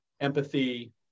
empathy